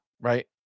Right